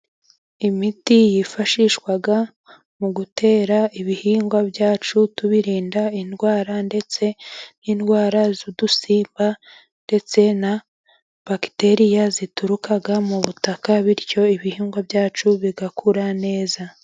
Imiti yifashishwa mugutera imyaka yacu tuyirinda indwa, ra nk'indwara z'udusimba ndetse nama bagiteriya aturuka mu butaka.